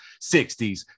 60s